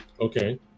okay